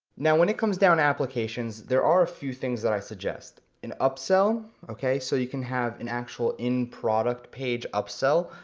now when it comes down to applications, there are a few things that i suggest, an upsell, okay, so you can have an actual in product page upsell,